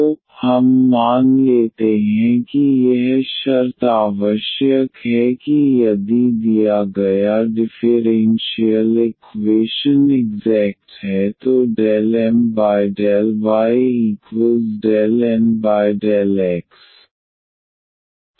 तो हम मान लेते हैं कि यह शर्त आवश्यक है कि यदि दिया गया डिफ़ेरेन्शियल इक्वेशन इग्ज़ैक्ट है तो ∂M∂y∂N∂x